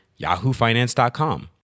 yahoofinance.com